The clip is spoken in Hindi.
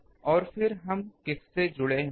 और फिर हम किससे जुड़े होंगे